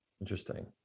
Interesting